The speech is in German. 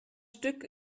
stück